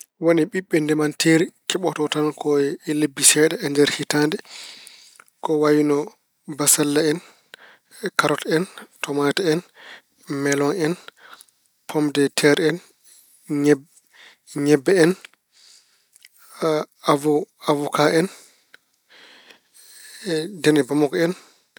Won e ɓiɓɓe ndemanteeri keɓoto tan ko lebbi seeɗa e nder hitaande ko wayno bassalle en, karot, tomaate en, meelon en, pom de teer en, ñeb- ñebbe en, a- awo- awoka en, e dene bamako en.